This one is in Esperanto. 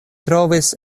trovis